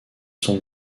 son